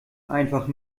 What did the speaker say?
einfach